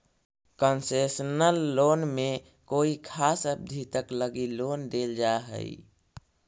concessional loan में कोई खास अवधि तक लगी लोन देल जा हइ